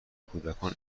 کودکان